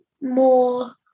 more